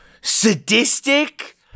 sadistic